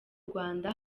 rwanda